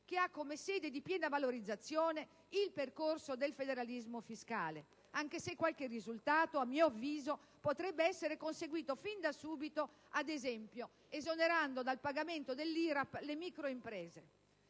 che ha come sede di piena valorizzazione il percorso del federalismo fiscale, anche se qualche risultato, a mio avviso, potrebbe essere conseguito fin da subito: ad esempio, esonerando dal pagamento dell'IRAP le micro imprese.